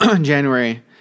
January